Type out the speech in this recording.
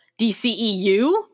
DCEU